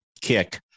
kick